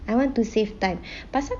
I want to save time pasal